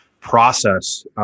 process